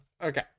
okay